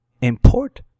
import